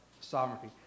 sovereignty